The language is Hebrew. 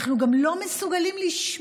אנחנו גם לא מסוגלים לשמוע.